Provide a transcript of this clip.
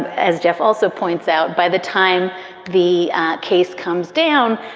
as jeff also points out, by the time the case comes down,